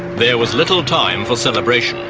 there was little time for celebration.